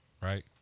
right